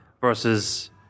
versus